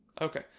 Okay